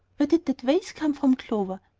where did that vase come from, clover?